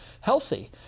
healthy